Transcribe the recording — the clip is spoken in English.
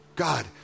God